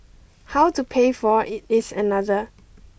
how to pay for it is another